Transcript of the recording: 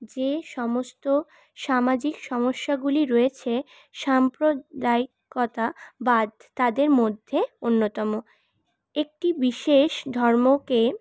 যে সমস্ত সামাজিক সমস্যাগুলি রয়েছে সাম্প্রদায়িকতাবাদ তাদের মধ্যে অন্যতম একটি বিশেষ ধর্মকে